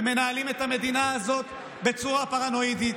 ומנהלים את המדינה הזאת בצורה פרנואידית,